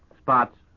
spots